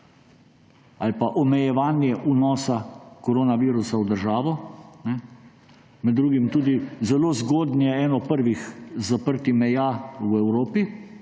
ali pa omejevanje vnosa koronavirusa v državo. Med drugim tudi zelo zgodnje, eno prvih zaprtij meja v Evropi.